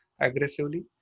aggressively